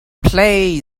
play